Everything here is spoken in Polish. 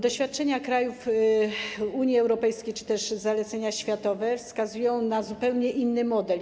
Doświadczenia krajów Unii Europejskiej czy też zalecenia światowe wskazują na zupełnie inny model.